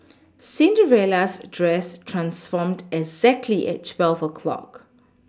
Cinderella's dress transformed exactly at twelve o' clock